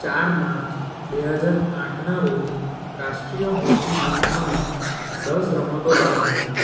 ચાર માર્ચ બે હજાર આઠના રોજ રાષ્ટ્રીય હોકી લીગમાં દસ રમતો રમાઈ હતી